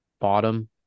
bottom